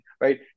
right